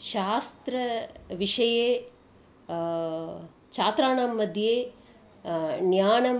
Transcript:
शास्त्रविषये छात्राणाम्मध्ये ज्ञानं